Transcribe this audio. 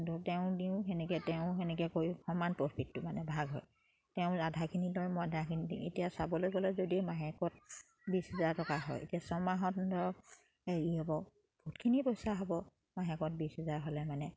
কিন্তু তেওঁ দিওঁ সেনেকে তেওঁ সেনেকে কৰি সমান প্ৰফিটটো মানে ভাগ হয় তেওঁ আধাখিনি লয় মই আধাখিনি দিওঁ এতিয়া চাবলে গ'লে যদি মাহেকত বিছ হেজাৰ টকা হয় এতিয়া ছমাহত ধৰক হেৰি হ'ব বহুতখিনি পইচা হ'ব মাহেকত বিছ হেজাৰ হ'লে মানে